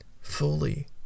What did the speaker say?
fully